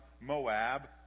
Moab